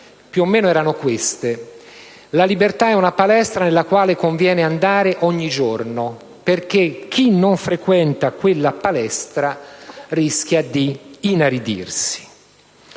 più o meno le seguenti: la libertà è una palestra nella quale conviene andare ogni giorno, perché chi non frequenta quella palestra rischia di inaridirsi.